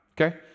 okay